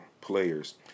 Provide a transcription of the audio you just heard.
players